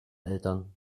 eltern